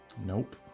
Nope